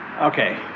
Okay